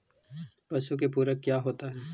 पशु के पुरक क्या क्या होता हो?